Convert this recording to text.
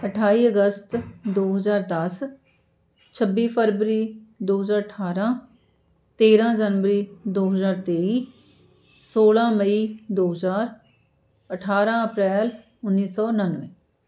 ਅਠਾਈ ਅਗਸਤ ਦੋ ਹਜ਼ਾਰ ਦਸ ਛੱਬੀ ਫਰਵਰੀ ਦੋ ਹਜ਼ਾਰ ਅਠਾਰਾਂ ਤੇਰਾਂ ਜਨਵਰੀ ਦੋ ਹਜ਼ਾਰ ਤੇਈ ਸੋਲਾਂ ਮਈ ਦੋ ਹਜ਼ਾਰ ਅਠਾਰਾਂ ਅਪ੍ਰੈਲ ਉੱਨੀ ਸੌ ਉਣਾਨਵੇਂ